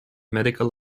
medical